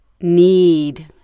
need